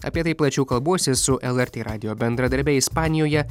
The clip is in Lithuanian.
apie tai plačiau kalbuosi su lrt radijo bendradarbe ispanijoje